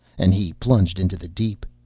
and he plunged into the deep,